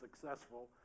successful